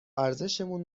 ارزشمون